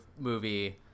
movie